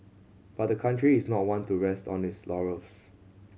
but the country is not one to rest on its laurels